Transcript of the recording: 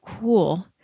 cool